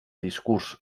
discurs